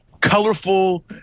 colorful